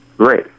Great